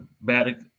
bad